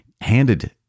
handed